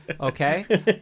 okay